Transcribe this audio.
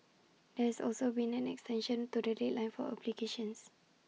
there has also been an extension to the deadline for applications